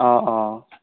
অঁ অঁ